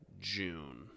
June